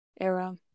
era